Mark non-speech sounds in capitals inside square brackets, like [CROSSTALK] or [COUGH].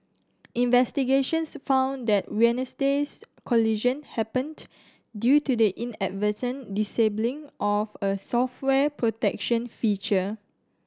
investigations found that [UNINTELLIGIBLE] collision happened due to the inadvertent disabling of a software protection feature